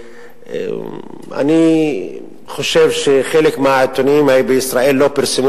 ואני חושב שחלק מהעיתונים בישראל לא פרסמו